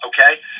okay